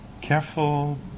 careful